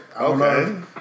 Okay